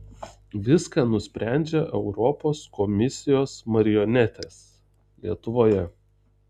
viską nusprendžia europos komisijos marionetės lietuvoje